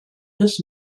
this